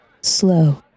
Slow